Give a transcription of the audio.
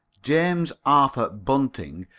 james arthur bunting,